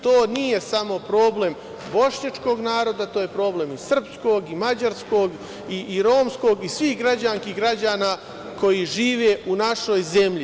To nije samo problem bošnjačkog naroda, to je problem i srpskog i mađarskog i romskog i svih građanski i građana koji žive u našoj zemlji.